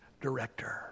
director